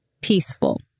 peaceful